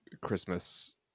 Christmas